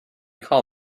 call